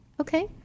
Okay